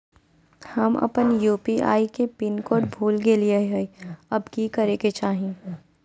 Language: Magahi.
हम अपन यू.पी.आई के पिन कोड भूल गेलिये हई, अब की करे के चाही?